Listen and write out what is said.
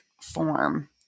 form